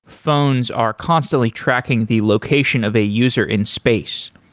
phones are constantly tracking the location of a user in space.